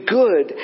good